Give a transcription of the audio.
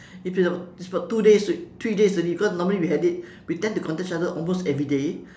if it's about it's about two days three days already because normally we had it we tend to contact each other almost everyday